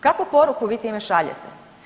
Kakvu poruku vi time šaljete?